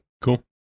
Cool